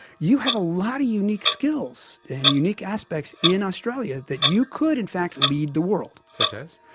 you have a lot of unique skills and unique aspects in australia that you could in fact lead the world. such as?